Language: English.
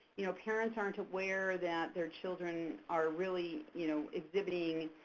you know parents aren't aware that their children are really you know exhibiting